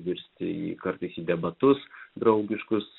virsti į kartais į debatus draugiškus